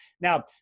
Now